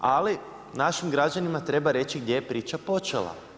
Ali, našim građanima treba reći gdje je priča počela.